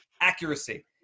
accuracy